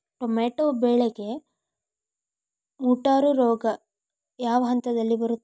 Tomato ಬೆಳೆಗೆ ಮುಟೂರು ರೋಗ ಯಾವ ಹಂತದಲ್ಲಿ ಬರುತ್ತೆ?